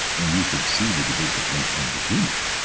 and you should see the debate that went on between us,